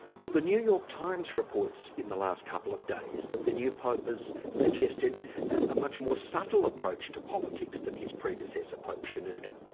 well the new york times reports in the last couple of days, that the new pope has suggested a much more subtle approach to politics than his predecessor, pope shenouda.